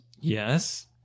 Yes